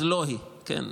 אז לא היא, כן?